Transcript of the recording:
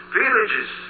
villages